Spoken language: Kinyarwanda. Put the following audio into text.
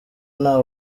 nta